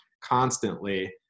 constantly